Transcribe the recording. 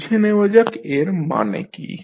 বুঝে নেওয়া যাক এর মানে কী